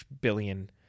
billion